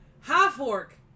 half-orc